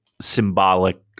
symbolic